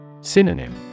Synonym